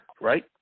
right